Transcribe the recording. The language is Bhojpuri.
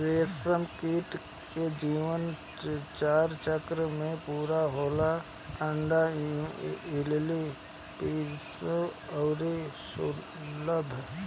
रेशमकीट के जीवन चार चक्र में पूरा होला अंडा, इल्ली, प्यूपा अउरी शलभ